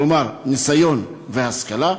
כלומר ניסיון והשכלה,